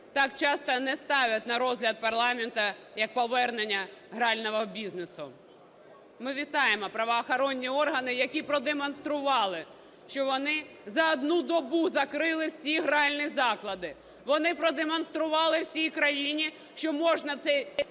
так часто не ставлять на розгляд парламенту, як повернення грального бізнесу. Ми вітаємо правоохоронні органи, які продемонстрували, що вони за одну добу закрили всі гральні заклади, вони продемонстрували всій країні, що можна цей